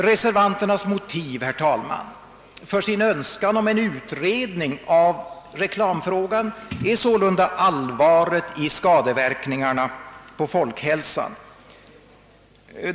Reservanternas motiv, herr talman, för sin önskan om en utredning av reklamfrågan är sålunda allvaret i skadeverkningarna på folkhälsan.